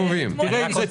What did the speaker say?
קודם כל, תאריכו את זה.